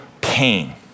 pain